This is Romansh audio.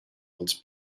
ils